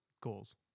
Goals